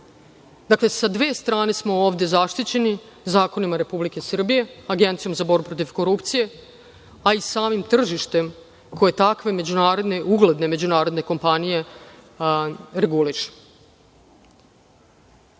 Dakle, sa dve strane smo ovde zaštićeni zakonima Republike Srbije, Agencijom za borbu protiv korupcije, a i samim tržištem koje takve ugledne međunarodne kompanije regulišu. Zanimalo